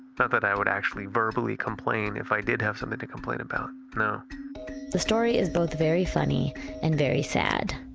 not that i would actually verbally complain if i did have something to complain about. no the story is both very funny and very sad.